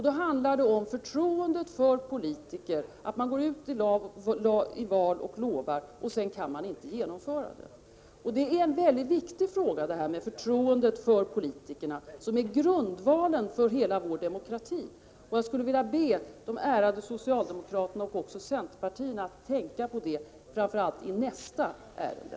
Då handlar det om förtroende för politiker som går ut i val och lovar och sedan inte kan genomföra det som de har lovat. Förtroendet för politikerna är en mycket viktig fråga, som är grundvalen för hela vår demokrati. Jag skulle vilja be de ärade socialdemokraterna och även centerpartisterna att tänka på det framför allt vid behandlingen av nästa ärende.